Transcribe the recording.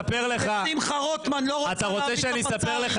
שמחה רוטמן לא רצה להביא את הפצ"רית.